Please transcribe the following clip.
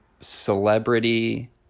Celebrity